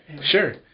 sure